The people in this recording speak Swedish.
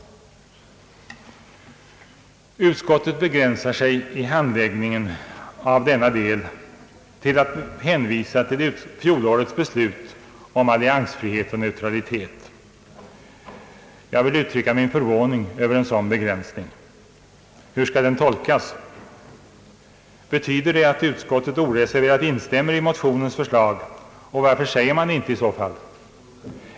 Utskottet begränsar sig i handläggningen av denna del till att hänvisa till fjolårets beslut om alliansfrihet och neutralitet. Jag vill uttrycka min förvåning över en sådan begränsning. Hur skall den tolkas? Betyder det att utskottet oreserverat instämmer i motionens förslag? Varför säger man det inte i så fall?